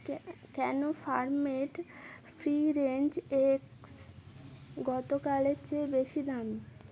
কেনো farm made free range eggs গতকালের চেয়ে বেশি দাম